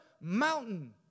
mountain